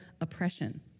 oppression